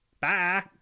bye